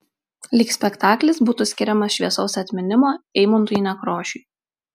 lyg spektaklis būtų skiriamas šviesaus atminimo eimuntui nekrošiui